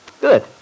good